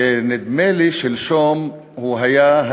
ונדמה לי ששלשום הוא היה,